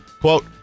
Quote